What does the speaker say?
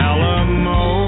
Alamo